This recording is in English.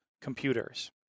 computers